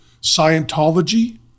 Scientology